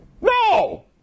no